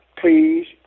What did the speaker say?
please